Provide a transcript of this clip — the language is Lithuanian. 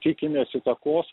tikimės įtakos